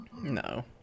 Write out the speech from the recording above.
No